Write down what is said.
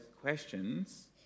questions